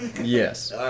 Yes